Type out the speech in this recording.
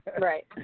right